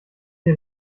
die